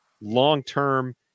long-term